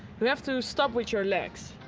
you have to stop with your legs